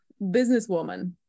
Businesswoman